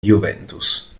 juventus